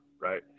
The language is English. right